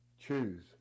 choose